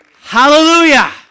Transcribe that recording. Hallelujah